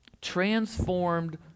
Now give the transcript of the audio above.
transformed